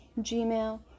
Gmail